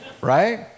right